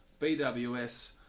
BWS